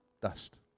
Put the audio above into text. Dust